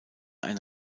ein